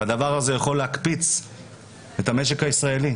הדבר הזה יכול להקפיץ את המשק הישראלי,